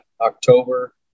October